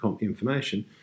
information